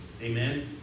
Amen